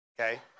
Okay